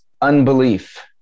unbelief